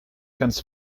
ganz